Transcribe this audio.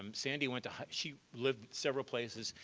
um sandy went to she lived several places.